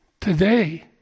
Today